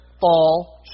fall